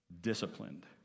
Disciplined